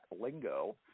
Lingo